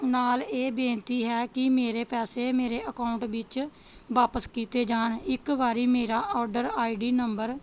ਨਾਲ ਇਹ ਬੇਨਤੀ ਹੈ ਕਿ ਮੇਰੇ ਪੈਸੇ ਮੇਰੇ ਅਕਾਊਂਟ ਵਿੱਚ ਵਾਪਸ ਕੀਤੇ ਜਾਣ ਇੱਕ ਵਾਰੀ ਮੇਰਾ ਔਡਰ ਆਈਡੀ ਨੰਬਰ